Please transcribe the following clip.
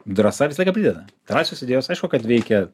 drąsa visą laiką prideda drąsios idėjos aišku kad veikia